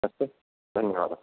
अस्तु धन्यवादः